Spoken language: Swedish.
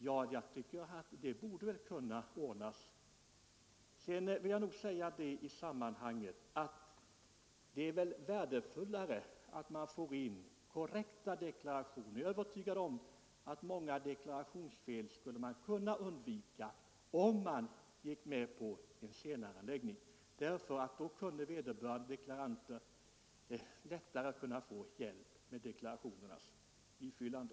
Det är väl värdefullare att man får in korrekta deklarationer än felaktiga. Jag är övertygad om att man skulle slippa många deklarationsfel om man gick med på en senareläggning, därför att då kunde vederbörande deklaranter lättare få hjälp med deklarationsblanketternas ifyllande.